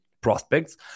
prospects